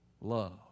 love